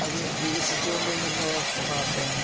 അത് വികസിച്ചു കൊണ്ട് വന്നിരുന്ന ഭാഷയാണ്